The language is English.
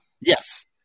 Yes